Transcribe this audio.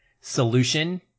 solution